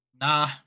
Nah